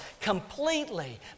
completely